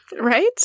right